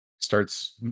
Starts